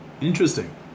interesting